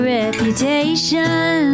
reputation